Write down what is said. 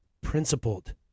principled